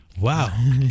Wow